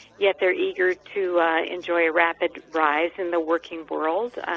yet they're eager to enjoy rapid rise in the working world.